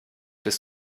bis